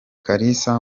kalisa